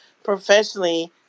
professionally